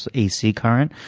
so ac current.